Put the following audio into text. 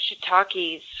shiitakes